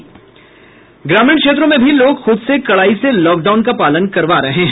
ग्रामीण क्षेत्रों में भी लोग खुद से कड़ाई से लॉकडाउन का पालन करवा रहे हैं